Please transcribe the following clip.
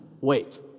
wait